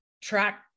track